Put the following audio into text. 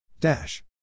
Dash